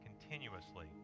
continuously